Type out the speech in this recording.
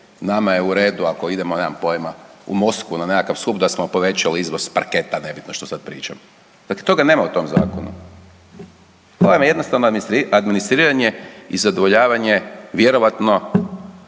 nama je u redu ako idemo, nemam pojma u Moskvu na nekakav skup da smo povećali izvoz parketa, nebitno što sada pričam. Dakle, toga nema u tom zakonu. To vam je jednostavno administriranje i zadovoljavanje vjerojatno